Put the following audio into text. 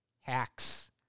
hacks